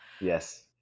Yes